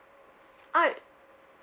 ah